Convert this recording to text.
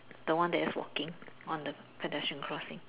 that one that is walking on the pedestrian crossing